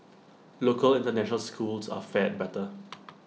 local International schools are fared better